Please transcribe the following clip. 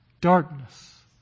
Darkness